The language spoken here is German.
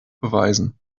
beweisen